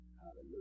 Hallelujah